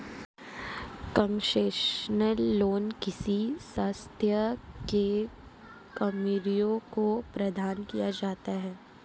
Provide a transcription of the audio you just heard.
concessional loan किसी संस्था के कर्मियों को प्रदान किया जाता है